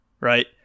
right